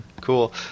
Cool